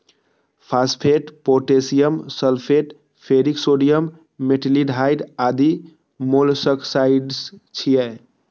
phosphate, potassium sulphate, ferric sodium, metaldehyde आदि molluscicides छियै